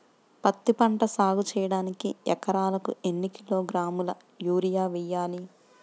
పత్తిపంట సాగు చేయడానికి ఎకరాలకు ఎన్ని కిలోగ్రాముల యూరియా వేయాలి?